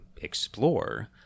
explore